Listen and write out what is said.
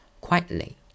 quietly